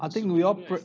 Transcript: I think